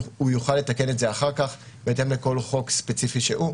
הוא יוכל לתקן את זה אחר כך בהתאם לכל חוק ספציפי שהוא,